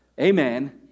Amen